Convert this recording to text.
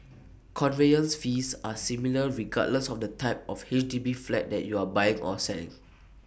conveyance fees are similar regardless of the type of H D B flat that you are buying or selling